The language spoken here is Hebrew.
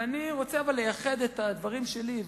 אני רוצה לייחד את הדברים שלי,